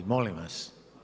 Molim vas!